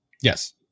Yes